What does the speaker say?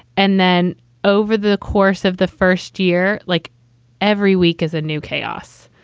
and then over the course of the first year, like every week, is a new chaos.